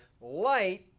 light